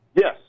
Yes